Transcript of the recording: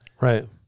Right